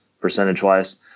percentage-wise